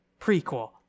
prequel